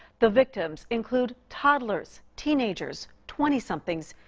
the victims include toddlers, teenagers, twenty-somethings.